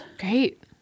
Great